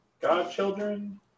godchildren